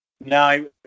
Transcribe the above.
No